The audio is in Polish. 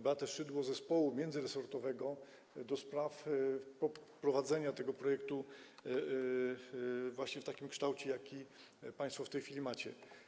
Beatę Szydło zespołu międzyresortowego do spraw przeprowadzenia tego projektu właśnie w takim kształcie, jaki państwo w tej chwili macie.